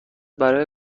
برای